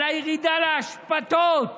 על הירידה לאשפתות.